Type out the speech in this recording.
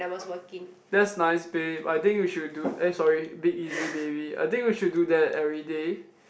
that's nice babe I think you should do eh sorry big easy baby I think we should do that everyday